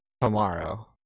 tomorrow